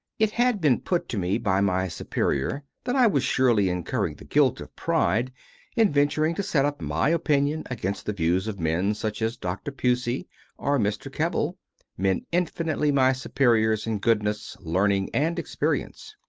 it had been put to me by my superior that i was surely incurring the guilt of pride in venturing to set up my opinion against the views of men, such as dr. pusey or mr. keble men infinitely my superiors in goodness, learning, and experience.